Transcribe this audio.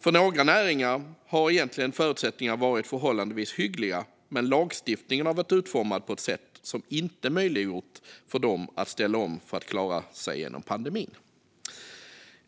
För några näringar har egentligen förutsättningarna varit förhållandevis hyggliga, men lagstiftningen har varit utformad på ett sätt som inte möjliggjort för dem att ställa om för att klara sig igenom pandemin.